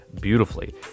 beautifully